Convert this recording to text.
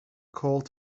called